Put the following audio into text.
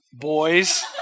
Boys